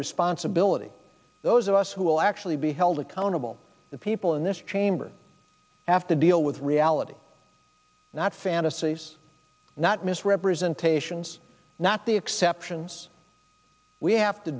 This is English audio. responsibility those of us who will actually be held accountable the people in this chamber after deal with reality not fantasy not misrepresentations not the exceptions we have to